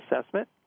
Assessment